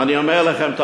אני אומר לכם,